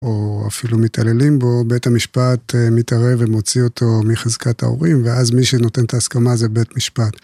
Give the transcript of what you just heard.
או אפילו מתעללים בו, בית המשפט מתערב ומוציא אותו מחזקת ההורים, ואז מי שנותן את ההסכמה זה בית משפט.